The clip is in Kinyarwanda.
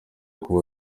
kuba